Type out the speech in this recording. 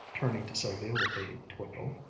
turning to sylvia with a twinkle.